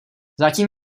zatím